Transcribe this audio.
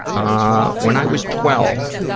ah when i was twelve,